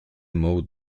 mowed